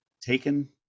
taken